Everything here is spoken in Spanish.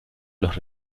los